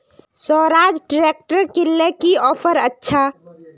Swaraj tractor किनले की offer अच्छा?